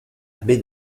abbé